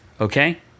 Okay